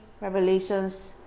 revelations